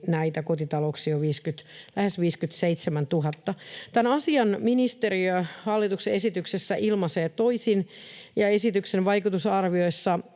kotitalouksia on lähes 57 000. Tämän asian ministeriö hallituksen esityksessä ilmaisee toisin. Esityksen vaikutusarvioissa